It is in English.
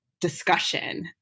discussion